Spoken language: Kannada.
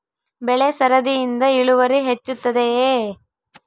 ಬೆಳೆ ಸರದಿಯಿಂದ ಇಳುವರಿ ಹೆಚ್ಚುತ್ತದೆಯೇ?